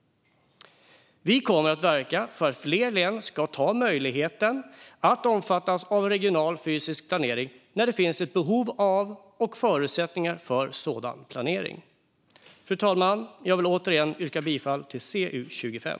Vi kommer att verka för att fler län ska ta möjligheten att omfattas av regional fysisk planering när det finns behov av och förutsättningar för sådan planering. Fru talman! Jag vill återigen yrka bifall till förslaget i CU25.